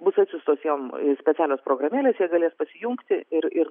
bus atsiųstos jom specialios programėlės jie galės pasijungti ir ir